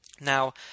Now